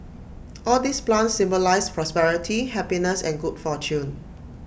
all these plants symbolise prosperity happiness and good fortune